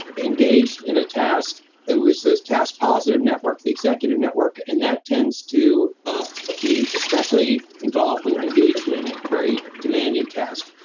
engaged in a task that was as task positive network, the executive network. and that tends to ah be especially involved when you're engaged in a very demanding task.